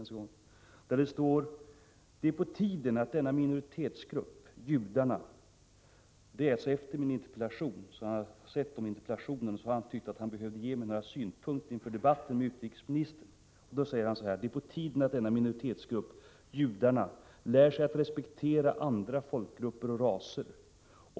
Brevskrivaren har noterat att jag lämnat en interpellation i detta ämne och tyckt att han behövde ge mig några synpunkter inför debatten med utrikesministern. Han säger så här: Det är på tiden att denna minoritetsgrupp — judarna — lär sig att respektera andra folkgrupper och raser.